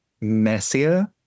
messier